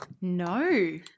no